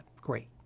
Great